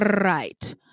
right